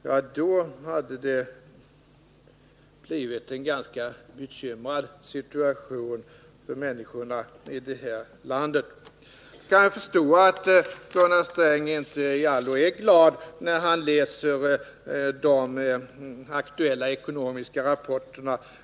Ja, då hade det blivit en ganska bekymmersam situation för människorna i det här landet. Jag kan förstå att Gunnar Sträng inte i allo är glad när han läser de aktuella ekonomiska rapporterna.